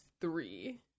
three